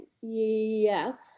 yes